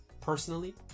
personally